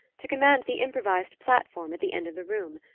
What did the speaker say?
to command the improvised platform at the end of the room.